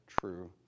true